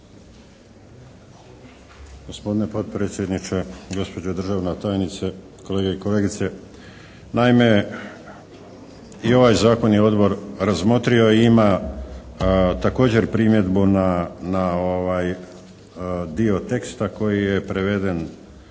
Gospodine potpredsjedniče, gospođo državna tajnice, kolege i kolegice! Naime, i ovaj zakon je Odbor razmotrio i ima također primjedbu na dio teksta koji je preveden